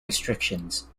restrictions